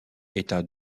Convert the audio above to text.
état